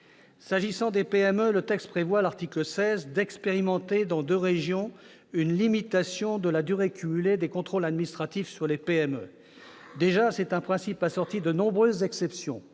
sollicitation. Le texte prévoit, à l'article 16, d'expérimenter, dans deux régions, une limitation de la durée cumulée des contrôles administratifs sur les PME. Toutefois, ce principe est déjà assorti de nombreuses exceptions.